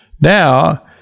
Now